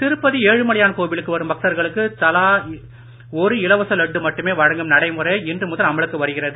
திருப்பதி ஏழுமலையான் கோவிலுக்கு வரும் பக்தர்களுக்கு ஒரு இலவச லட்டு மட்டுமே வழங்கும் நடைமுறை இன்று முதல் அமலுக்கு வருகிறது